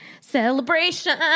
celebration